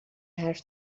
حرف